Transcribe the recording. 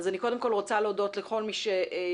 אז אני קודם כל רוצה להודות לכל מי שהשתתף.